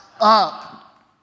up